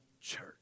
church